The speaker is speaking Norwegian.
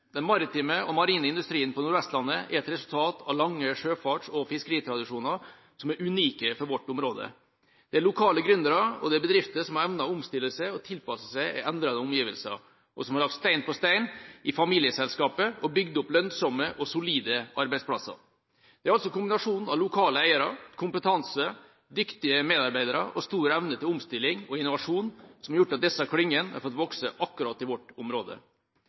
Den maritime og marine industrien på Nord-Vestlandet er et resultat av lange sjøfarts- og fiskeritradisjoner som er unike for vårt område. Det er lokale gründere og bedrifter som evner å omstille seg og tilpasse seg endrede omgivelser, og som har lagt stein på stein i familieselskaper og bygd opp lønnsomme og solide arbeidsplasser. Det er altså kombinasjonen av lokale eiere, kompetanse, dyktige medarbeidere og stor evne til omstilling og innovasjon som har gjort at disse klyngene har fått vokse akkurat i vårt område.